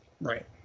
Right